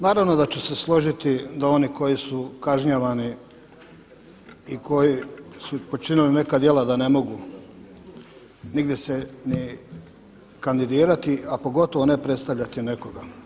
Naravno da ću se složiti da oni koji su kažnjavani i koji su počinili neka djela da ne mogu nigdje se ni kandidirati, a pogotovo ne predstavljati nekoga.